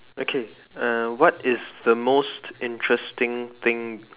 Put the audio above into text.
okay uh what is the most interesting thing